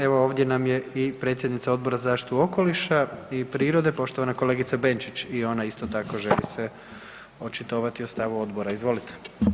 Evo ovdje nam je i predsjednica Odbora za zaštitu okoliša i prirode, poštovana kolegica Benčić, i ona isto tako želi se očitovati o stavu odbora, izvolite.